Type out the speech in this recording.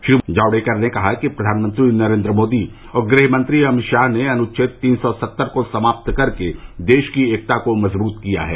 श्री जावडेकर ने कहा कि प्रधानमंत्री नरेंद्र मोदी और गृह मंत्री अमित शाह ने अनुच्छेद तीन सौ सत्तर को समाप्त करके देश की एकता को मजबूत किया है